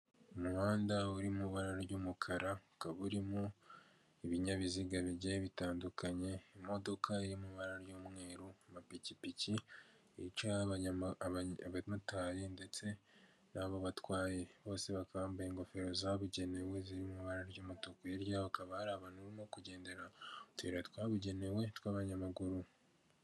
Umuhanda uri mu ibara ry'umukara, ukaba urimo ibinyabiziga bigiye bitandukanye, imodoka iri mu ibara ry'umweru, amapikipiki yicayeho abamotari ndetse n'abo batwaye, bose bakaba bambaye n'ingofero zabugenewe ziri mu ibara ry'umutuku, hirya yabo hakaba abantu barimo kugendera mu tuyira twabugenewe tw'abanyamaguru.